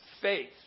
faith